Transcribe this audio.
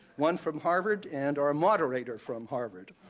one from harvard, and our moderator from harvard.